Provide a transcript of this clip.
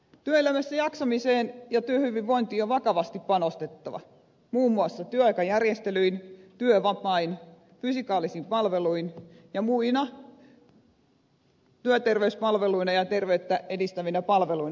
työelämässä jaksamiseen ja työhyvinvointiin on vakavasti panostettava muun muassa työaikajärjestelyin työvapain fysikaalisin palveluin ja muina työterveyspalveluina ja ter veyttä edistävinä palveluina työpaikoilla